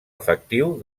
efectiu